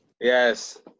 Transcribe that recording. Yes